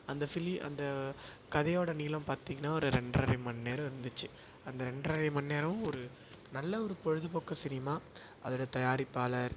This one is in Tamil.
அந்த ஃபிலி அந்த கதையோட நீளம் பார்த்தீங்கனா ஒரு ரெண்டரை மண் நேரம் இருந்துச்சு அந்த ரெண்டரை மண் நேரம் ஒரு நல்ல ஒரு பொழுதுபோக்கு சினிமா அதோடைய தயாரிப்பாளர்